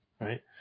Right